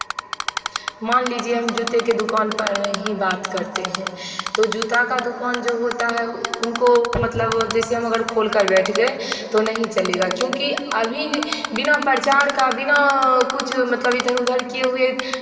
मान लीजिए हम जूते के दुकान पर ही बात करते हैं तो जूता का दुकान जो होता है उनको मतलब जैसे हम अगर खोलकर बैठ गए तो नहीं चलेगा क्योंकि अभी बिना प्रचार का बिना कुछ मतलब इधर उधर किए हुए